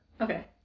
Okay